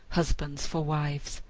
husbands for wives,